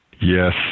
Yes